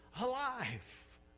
alive